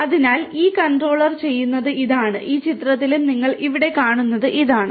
അതിനാൽ ഈ കൺട്രോളർ ചെയ്യുന്നത് ഇതാണ് ഈ ചിത്രത്തിലും നിങ്ങൾ ഇവിടെ കാണുന്നത് ഇതാണ്